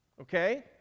Okay